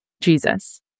Jesus